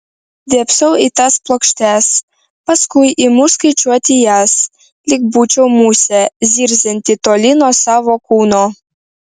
dėbsau į tas plokštes paskui imu skaičiuoti jas lyg būčiau musė zirzianti toli nuo savo kūno